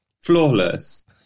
flawless